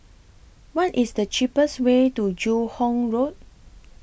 What IS The cheapest Way to Joo Hong Road